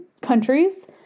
countries